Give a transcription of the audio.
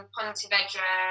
Pontevedra